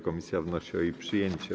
Komisja wnosi o jej przyjęcie.